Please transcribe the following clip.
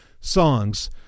songs